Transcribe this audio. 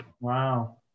wow